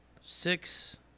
six